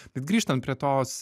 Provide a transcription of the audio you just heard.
bet grįžtant prie tos